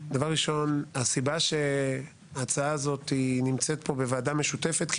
הסיבה שההצעה הזאת נמצאת פה בוועדה משותפת היא